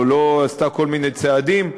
או לא עשתה כל מיני צעדים,